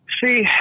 See